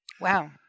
Wow